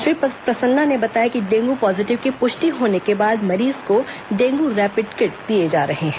श्री प्रसन्ना ने बताया कि डेंगू पॉजीटिव की पुष्टि होने के बाद मरीज को डेंगू रैपिड किट दिए जा रहे हैं